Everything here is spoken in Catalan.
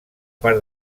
part